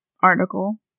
article